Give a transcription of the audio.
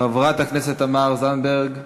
חברת הכנסת תמר זנדברג,